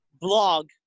blog